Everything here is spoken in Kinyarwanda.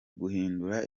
guhindura